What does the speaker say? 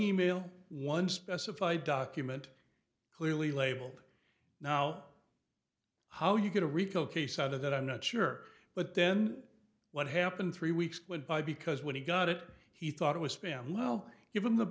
e mail one specify document clearly labeled now how you get a rico case out of that i'm not sure but then what happened three weeks went by because when he got it he thought it was spam well given the